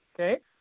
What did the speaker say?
Okay